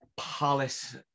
Palace